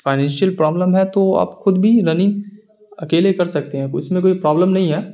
financial problem ہے تو آپ خود بھی رننگ اکیلے کر سکتے ہیں اس میں کوئی پرابلم نہیں ہے